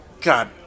god